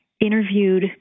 interviewed